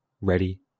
ready